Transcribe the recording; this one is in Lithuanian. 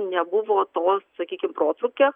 nebuvo to sakykim protrūkio